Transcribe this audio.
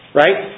right